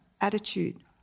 attitude